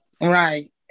right